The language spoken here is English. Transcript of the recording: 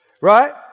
right